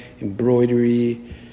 embroidery